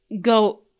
go